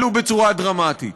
עלו בצורה דרמטית.